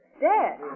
dead